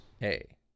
hey